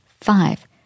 Five